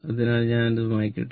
അതിനാൽ ഞാൻ അത് മായ്ക്കട്ടെ